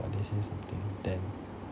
all this say something then